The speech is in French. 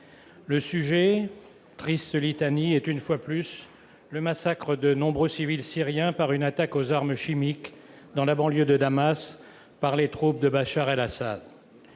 Le sujet, triste litanie, est une fois de plus le massacre de nombreux civils syriens par une attaque aux armes chimiques dans la banlieue de Damas par les troupes de Bachar el-Assad.